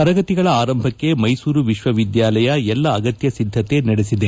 ತರಗತಿಗಳ ಆರಂಭಕ್ಕೆ ಮೈಸೂರು ವಿಶ್ವವಿದ್ಯಾನಿಲಯ ಎಲ್ಲಾ ಅಗತ್ಯ ಸಿದ್ಧತೆ ನಡೆಸಿದೆ